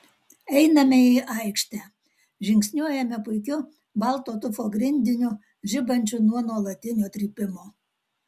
einame į aikštę žingsniuojame puikiu balto tufo grindiniu žibančiu nuo nuolatinio trypimo